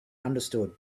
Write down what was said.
understood